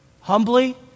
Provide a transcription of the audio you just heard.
humbly